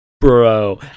bro